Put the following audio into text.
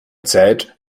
zeit